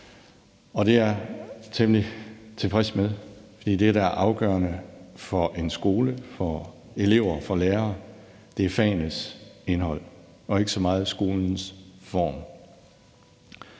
og det er jeg temmelig tilfreds med, for det, der er afgørende for en skole, for elever og for lærere, er fagenes indhold og ikke så meget skolens form.